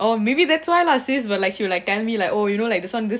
orh maybe that's why lah says were like you like tell me like oh you know like this one this